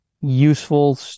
useful